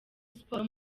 sport